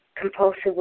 Compulsive